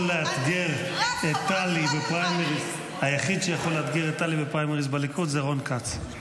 לאתגר את טלי בפריימריז בליכוד זה רון כץ.